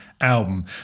album